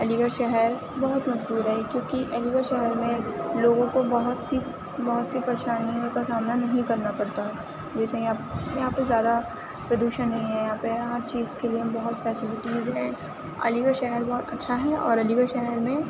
علی گڑھ شہر بہت مشہور ہے کیونکہ علی گڑھ شہر میں لوگوں کو بہت سی بہت سی پریشانیوں کا سامنا نہیں کرنا پڑتا جیسے یہاں پہ یہاں پہ زیادہ پردشن نہیں ہے یہاں پہ ہر چیز کے لیے بہت فیسلٹیز ہے علی گڑھ شہر بہت اچھا ہے اور علی گڑھ شہر میں